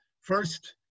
first